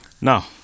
Now